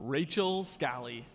rachel scal